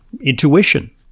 intuition